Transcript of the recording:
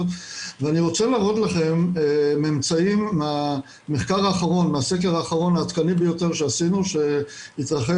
ואני רוצה להראות לכם ממצאים מהסקר האחרון העדכני ביותר שעשינו שהתרחש